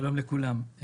שלום לכולם.